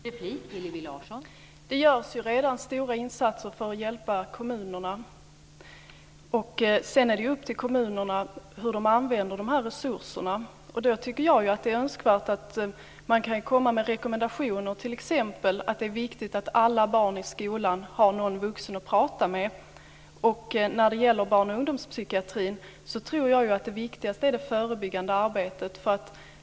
Fru talman! Det görs redan stora insatser för att hjälpa kommunerna. Sedan är det upp till kommunerna hur de använder de här resurserna. Då tycker jag att det är önskvärt att man kan komma med rekommendationer t.ex. om att det är viktigt att alla barn i skolan har någon vuxen att prata med. När det gäller barn och ungdomspsykiatrin tror jag att det viktigaste är det förebyggande arbetet.